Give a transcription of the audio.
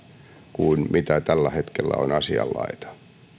kuin mitä tällä hetkellä on asianlaita